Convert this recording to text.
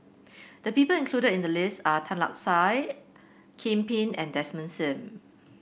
the people included in the list are Tan Lark Sye Kim Pin and Desmond Sim